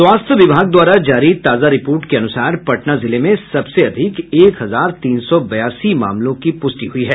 स्वास्थ्य विभाग द्वारा जारी रिपोर्ट के अनुसार पटना जिले में सबसे अधिक एक हजार तीन सौ बयासी मामलों की पुष्टि हुई है